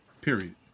period